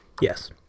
yes